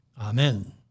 Amen